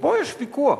ופה יש ויכוח.